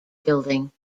building